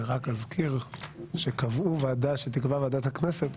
אני רק אזכיר שקבעו שזו תהיה ועדה שתיקבע ועדת הכנסת,